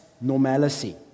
normalcy